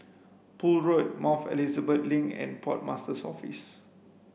Poole Road Mount Elizabeth Link and Port Master's Office